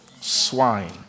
swine